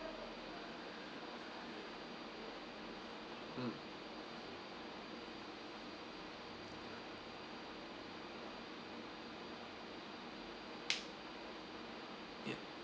mm yup